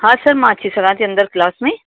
हा सर मां अची सघां थी अंदरि क्लास में